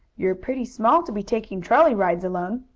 you're pretty small to be taking trolley rides alone.